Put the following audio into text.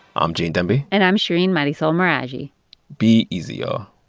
um gene demby and i'm shereen marisol meraji be easy, ah